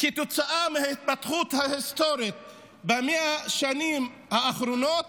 שכתוצאה מההתפתחות ההיסטורית ב-100 השנים האחרונות